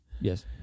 yes